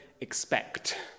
expect